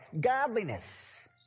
Godliness